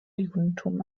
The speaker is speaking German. judentum